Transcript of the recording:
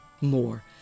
more